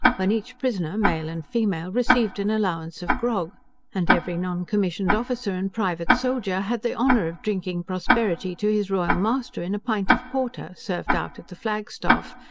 when each prisoner, male and female, received an allowance of grog and every non-commissioned officer and private soldier had the honor of drinking prosperity to his royal master, in a pint of porter, served out at the flag staff,